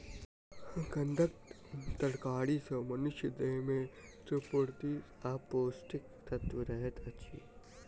कंद तरकारी सॅ मनुषक देह में स्फूर्ति आ पौष्टिक तत्व रहैत अछि